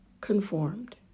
conformed